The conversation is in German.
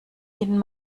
ihnen